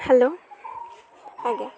hello ଆଜ୍ଞା